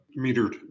metered